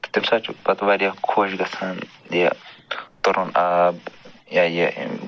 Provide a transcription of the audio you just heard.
تَمہِ ساتہٕ چھِ پتہٕ واریاہ خۄش گژھان یہِ تُرُن آب یا یہِ